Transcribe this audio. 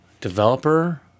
Developer